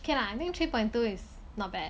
k lah I mean three point two is not bad